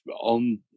on